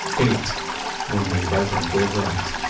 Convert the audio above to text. eight were made by frank lloyd wright.